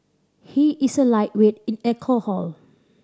he is a lightweight in alcohol